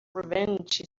revenge